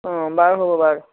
অঁ বাৰু হ'ব বাৰু